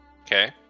okay